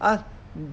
!huh!